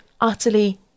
utterly